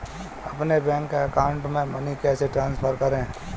अपने bank account से money कैसे ट्रांसफर करें?